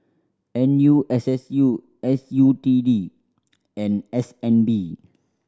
N U S S U S U T D and S N B